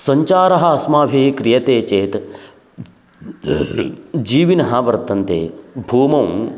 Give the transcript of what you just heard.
सञ्चारः अस्माभिः क्रियते चेत् जीविनः वर्तन्ते भूमौ